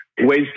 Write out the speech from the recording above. ways